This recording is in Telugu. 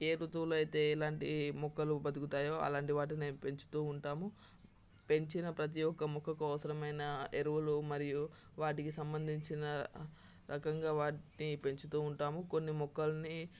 ఏ ఋతువులో అయితే ఎలాంటి మొక్కలు బతుకుతాయో అలాంటి వాటినే పెంచుతూ ఉంటాము పెంచిన ప్రతి ఒక్క మొక్కకు అవసరమైన ఎరువులు మరియు వాటికి సంబంధించిన రకంగా వాటిని పెంచుతూ ఉంటాము కొన్ని మొక్కల్ని